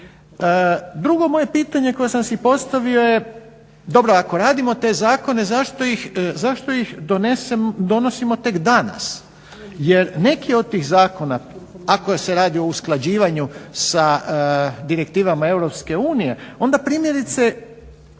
Drugo moje pitanje koje sam si postavio je dobro ako radimo te zakone zašto ih donosimo tek danas jer neki od tih zakona ako se radi o usklađivanju sa direktivama EU onda primjerice